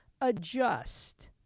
adjust